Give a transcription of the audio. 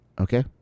Okay